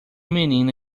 menina